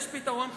יש פתרון חדש.